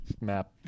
Map